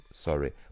Sorry